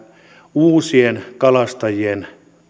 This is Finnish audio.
uusien kalastajien